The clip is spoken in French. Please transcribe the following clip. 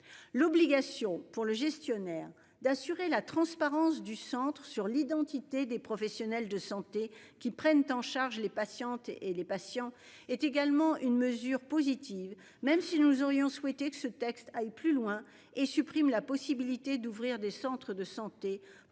l'obligation pour le gestionnaire d'assurer la transparence du Centre sur l'identité des professionnels de santé qui prennent en charge les patientes et les patients est également une mesure positive, même si nous aurions souhaité que ce texte aille plus loin et supprime la possibilité d'ouvrir des centres de santé